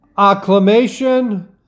acclamation